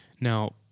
Now